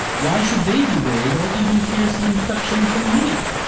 why should they be worried or even fear some infection from me,